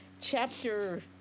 chapter